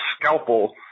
scalpel